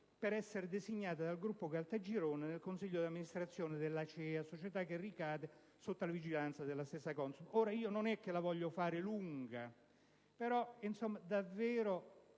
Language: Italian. per essere designato dal gruppo Caltagirone nel consiglio di amministrazione dell'ACEA, società che ricade sotto la vigilanza della stessa CONSOB. Non la voglio fare lunga, ma sottolineo